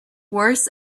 worse